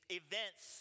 events